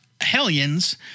Hellions